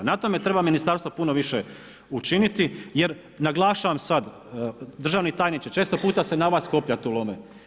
Na tome treba ministarstvo puno više učiniti jer naglašavam sad, državni tajniče često puta se na vas koplja tu lome.